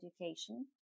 education